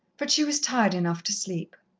but she was tired enough to sleep.